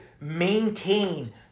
maintain